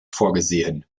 vorgesehen